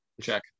check